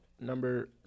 number